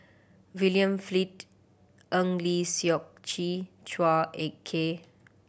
William Flint Eng Lee Seok Chee Chua Ek Kay